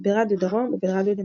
ברדיו דרום וברדיו נתניה.